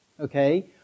Okay